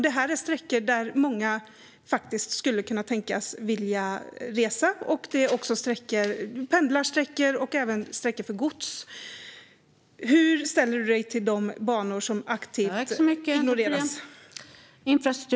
Detta är sträckor där många skulle kunna tänkas vilja resa - pendlarsträckor och sträckor för gods. Hur ställer du dig till de banor som aktivt ignoreras, Tomas Eneroth?